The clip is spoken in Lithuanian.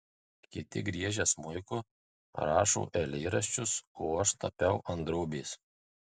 kiti griežia smuiku rašo eilėraščius o aš tapiau ant drobės